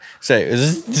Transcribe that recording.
Say